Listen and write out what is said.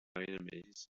enemies